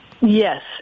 Yes